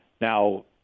Now